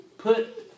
Put